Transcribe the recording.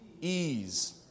Ease